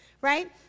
right